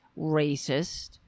racist